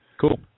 Cool